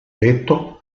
detto